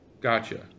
Gotcha